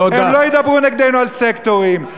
הם לא ידברו נגדנו על סקטורים.